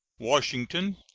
washington,